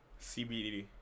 CBD